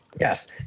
Yes